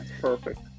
perfect